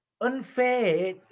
unfair